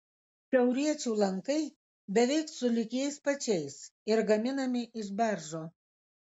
šiauriečių lankai beveik sulig jais pačiais ir gaminami iš beržo